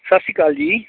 ਸਤਿ ਸ਼੍ਰੀ ਅਕਾਲ ਜੀ